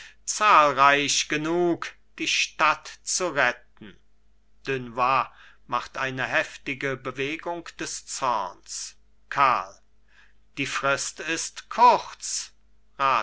zahlreich genug die stadt zu retten dunois macht eine heftige bewegung des zorns karl die frist ist kurz